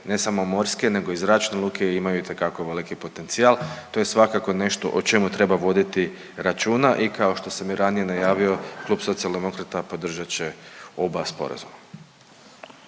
ne samo morske nego i zračne luke imaju itekako veliki potencijal. To je svakako nešto o čemu voditi računa i kao što sam i ranije najavio Klub Socijaldemokrata podržat će oba sporazuma.